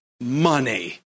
money